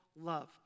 love